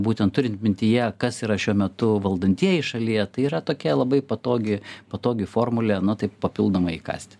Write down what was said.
būtent turint mintyje kas yra šiuo metu valdantieji šalyje tai yra tokia labai patogi patogi formulė na taip papildomai įkąsti